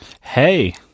Hey